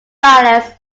violets